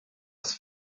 was